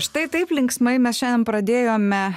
štai taip linksmai mes šiandien pradėjome